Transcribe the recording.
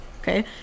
okay